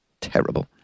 Terrible